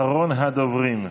אחרון הדוברים,